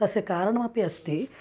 तस्य कारणमपि अस्ति